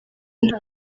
nta